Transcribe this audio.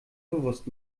bewusst